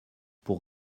pour